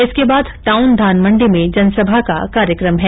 इसके बाद टाउन धानमंडी में जनसभा का कार्यक्रम है